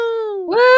Woo